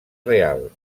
real